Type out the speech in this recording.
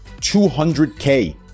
200k